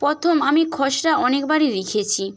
প্রথম আমি খসড়া অনেকবারই লিখেছি